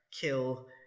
kill